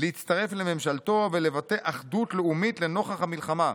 להצטרף לממשלתו ולבטא אחדות לאומית לנוכח המלחמה.